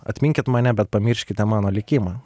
atminkit mane bet pamirškite mano likimą